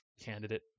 candidate